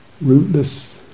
rootless